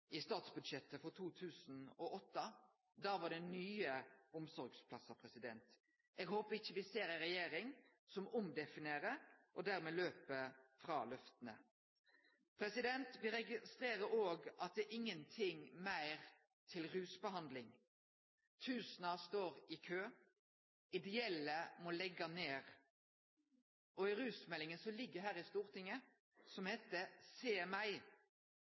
i statsbudsjettet for 2008: Da var det nye omsorgsplassar. Eg håpar vi ikkje ser ei regjering som definerer om og dermed spring frå løfta. Me registrerer òg at det ikkje er noko meir til rusbehandling. Tusenvis står i kø, ideelle organisasjonar må leggje ned. Rusmeldinga Se meg! ligg her i Stortinget.